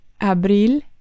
Abril